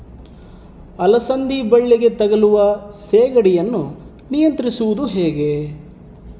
ಅಲಸಂದಿ ಬಳ್ಳಿಗೆ ತಗುಲುವ ಸೇಗಡಿ ಯನ್ನು ನಿಯಂತ್ರಿಸುವುದು ಹೇಗೆ?